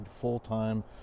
full-time